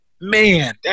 man